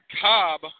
Cobb